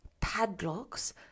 padlocks